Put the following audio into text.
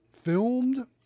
Filmed